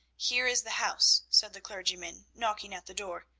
here is the house, said the clergyman, knocking at the door,